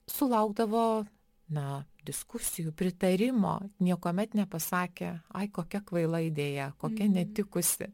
sulaukdavo na diskusijų pritarimo niekuomet nepasakė ai kokia kvaila idėja kokia netikusi